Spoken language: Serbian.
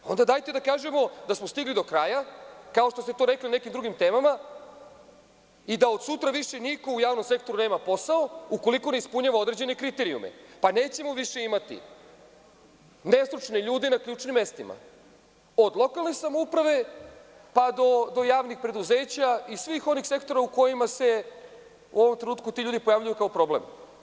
Dajte da kažemo da smo stigli do kraja, kao što ste to rekli u nekim drugim temama i da od sutra viš niko u javnom sektoru nema posao ukoliko ne ispunjava određene kriterijume, pa nećemo više imati bezstručne ljude na javnim mestima, od lokalne samouprave pa do javnih preduzeća i svih onih sektora u kojima se u ovom trenutku ti ljudi pojavljuju kao problem.